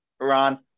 Ron